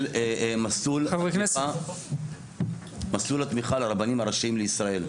מסלול התמיכה לרבנים הראשיים לישראל.